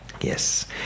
Yes